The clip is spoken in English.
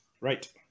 Right